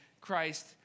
Christ